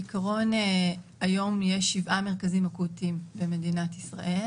בעיקרון היום יש שבעה מרכזים אקוטיים במדינת ישראל.